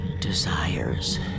desires